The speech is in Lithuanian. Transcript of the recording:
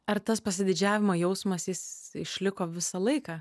ar tas pasididžiavimo jausmas jis išliko visą laiką